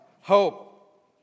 hope